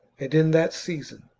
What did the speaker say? and in that season,